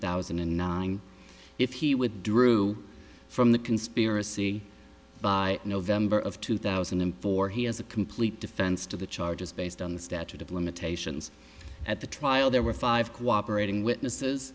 thousand and nine if he withdrew from the conspiracy by november of two thousand and four he has a complete defense to the charges based on the statute of limitations at the trial there were five cooperating witnesses